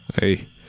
Hey